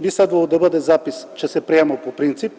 Би следвало да има запис, че се приема по принцип.